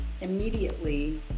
immediately